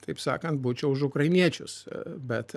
taip sakant būčiau už ukrainiečius bet